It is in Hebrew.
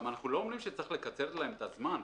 אנחנו לא אומרים שצריך לקצר להם את הזמן.